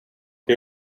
che